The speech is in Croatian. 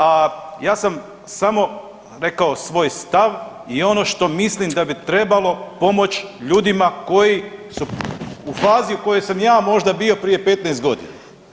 A ja sam samo rekao svoj stav i ono što mislim da bi trebalo pomoć ljudima koji su u fazi u kojoj sam ja možda bio prije 15 godina.